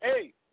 Hey